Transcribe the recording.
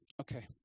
Okay